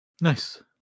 Nice